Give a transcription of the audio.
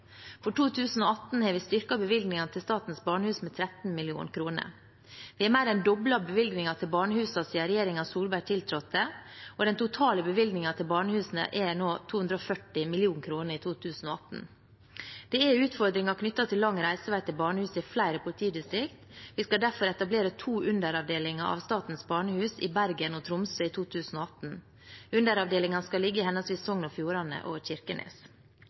For 2018 har vi styrket bevilgningene til Statens barnehus med 13 mill. kr. Vi har mer enn doblet bevilgningene til barnehusene siden regjeringen Solberg tiltrådte, og den totale bevilgningen til barnehusene er på 240 mill. kr i 2018. Det er utfordringer knyttet til lang reisevei til barnehus i flere politidistrikter. Vi skal derfor etablere to underavdelinger av Statens barnehus i Bergen og Tromsø i 2018. Underavdelingene skal ligge i henholdsvis Sogn og Fjordane og Kirkenes.